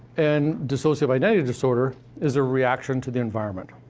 and dissociative identity disorder is a reaction to the environment.